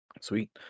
Sweet